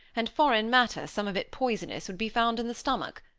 and foreign matter, some of it poisonous, would be found in the stomach,